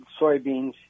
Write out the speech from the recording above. soybeans